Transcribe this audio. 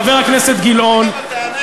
חבר הכנסת גילאון,